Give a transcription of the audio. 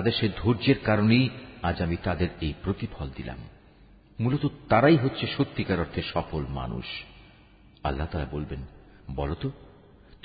তাদের সে ধৈর্যের কারণেই আজ আমি তাদের এই প্রতিফল দিলাম। মূলত তারাই হচ্ছে সত্যিকার অর্থে সফল মানুষ। আল্লাহ তালা বলবেন, বলো তো,